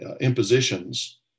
impositions